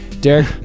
Derek